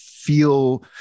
Feel